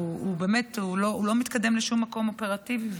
זה לא מתקדם לשום מקום אופרטיבי.